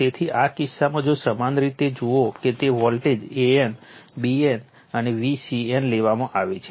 તેથી આ કિસ્સામાં જો સમાન રીતે જુઓ કે તે વોલ્ટેજ Van Vbn અને Vcn લેવામાં આવે છે